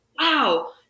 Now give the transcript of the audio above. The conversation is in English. wow